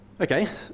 Okay